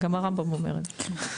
גם הרמב"ם אומר את זה.